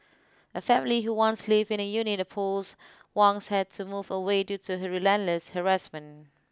a family who once lived in a unit opposite Wang's had to move away due to her relentless harassment